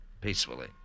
Peacefully